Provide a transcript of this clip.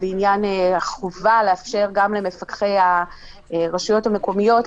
לא היו טענות ומענות כנגד האכיפה של מפקחי הרשויות המקומיות.